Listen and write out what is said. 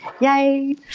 Yay